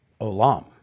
olam